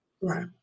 Right